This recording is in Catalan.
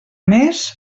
més